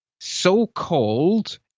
so-called